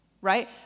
right